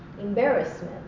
embarrassment